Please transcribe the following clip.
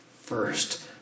first